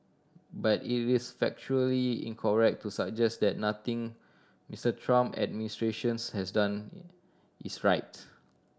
but it is factually incorrect to suggest that nothing Mister Trump's administration has done is right